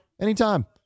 Anytime